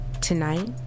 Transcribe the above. Tonight